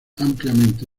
ampliamente